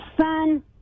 son